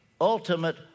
ultimate